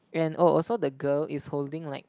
and oh also the girl is holding like